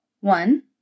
One